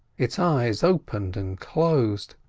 its eyes opened and closed.